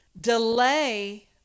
Delay